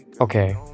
Okay